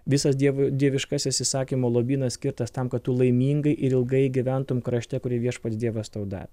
visas dievui dieviškasis įsakymo lobynas skirtas tam kad tu laimingai ir ilgai gyventum krašte kurį viešpats dievas tau davė